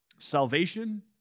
Salvation